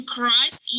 Christ